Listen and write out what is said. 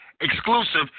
exclusive